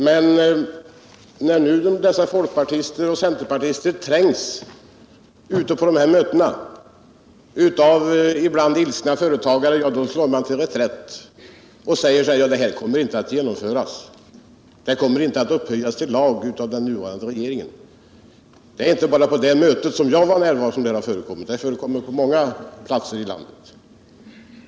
Men när nu dessa folkpartister och centerpartister trängs ute på de här mötena av ibland ilskna företagare slår de till reträtt och säger att förslaget inte kommer att upphöjas till lag av den nuvarande regeringen. Detta har inte sagts bara vid det möte i Skövde där jag var närvarande utan på många andra platser i landet.